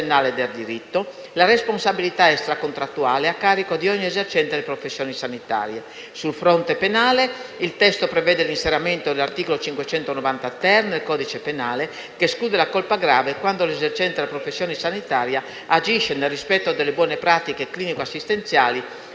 la responsabilità extracontrattuale a carico di ogni esercente le professioni sanitarie. Sul fronte penale, il testo prevede l'inserimento dell'articolo 590-*ter* nel codice penale che esclude la colpa grave quando l'esercente la professione sanitaria agisce nel rispetto delle buone pratiche clinico-assistenziali